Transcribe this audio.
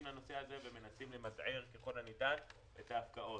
לנושא הזה ומנסים למזער ככל הניתן את ההפקעות.